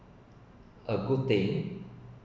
a good thing